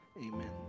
Amen